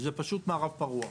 זה פשוט מערב פרוע.